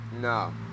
No